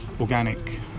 organic